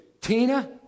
Tina